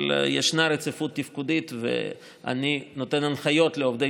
אבל ישנה רציפות תפקודית ואני נותן הנחיות לעובדי